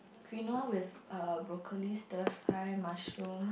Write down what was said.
quinoa with err broccolis stir-fry mushroom